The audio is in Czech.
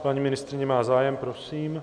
Paní ministryně má zájem, prosím.